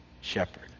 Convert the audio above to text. shepherd